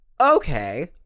okay